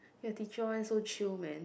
your teacher one so chill man